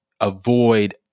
avoid